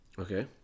okay